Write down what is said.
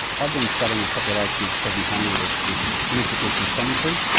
had been studying a population of crescent honeyeaters which lived at wilson's promontory.